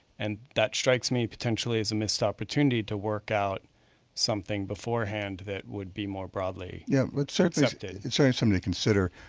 and that strikes me potentially as a missed opportunity to work out something beforehand that would be more broadly yeah but so reflected. it's i mean something to consider.